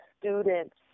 students